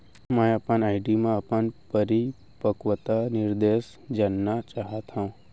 मै अपन आर.डी मा अपन परिपक्वता निर्देश जानना चाहात हव